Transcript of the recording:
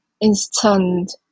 instant